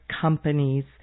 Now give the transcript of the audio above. companies